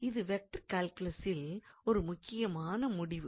இது வெக்டர் கால்குலசில் ஒரு முக்கியமான முடிவு